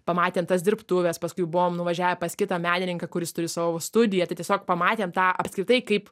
pamatėm tas dirbtuves paskui buvom nuvažiavę pas kitą menininką kuris turi savo studiją tai tiesiog pamatėm tą apskritai kaip